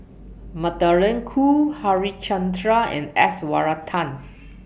Magdalene Khoo Harichandra and S Varathan